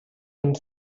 and